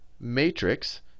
matrix